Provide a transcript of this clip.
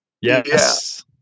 yes